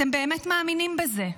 אתם באמת מאמינים בזה,